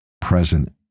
present